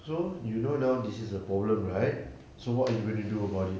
so you know now this is a problem right so what are you going to do about it